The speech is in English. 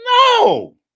No